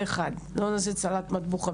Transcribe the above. זה דבר אחד, ולא נעשה מזה סלט מטבוחה.